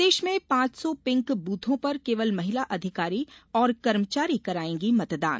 प्रदेश में पांच सौ पिंक बूथों पर केवल महिला अधिकारी और कर्मचारी करायेंगी मतदान